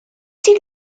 sydd